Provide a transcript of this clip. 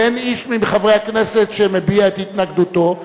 ואין איש מחברי הכנסת שמביע את התנגדותו.